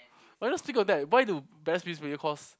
why not still got that why do best cause